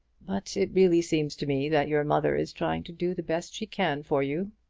but it really seems to me that your mother is trying to do the best she can for you.